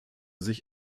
sich